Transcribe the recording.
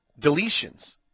deletions